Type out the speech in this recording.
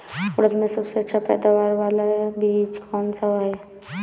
उड़द में सबसे अच्छा पैदावार वाला बीज कौन सा है?